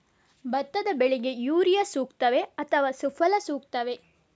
ಭತ್ತದ ಬೆಳೆಗೆ ಯೂರಿಯಾ ಸೂಕ್ತವೇ ಅಥವಾ ಸುಫಲ ಸೂಕ್ತವೇ?